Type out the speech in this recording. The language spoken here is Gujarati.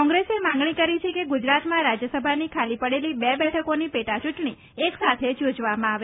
કોંગ્રેસે માંગણી કરી છે કે ગુજરાતમાં રાજ્યસભાની ખાલી પડેલી ર બેઠકોની પેટાયૂંટણી એક સાથે જ યોજવામાં આવે